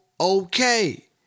okay